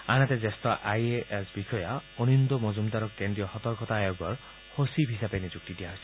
আনহাতে জ্যেষ্ঠ I A S বিষয়া অনিন্দ মজুমদাৰক কেন্দ্ৰীয় সতৰ্কতা আয়োগৰ সচিব হিচাপে নিযুক্তি দিয়া হৈছে